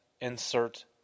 insert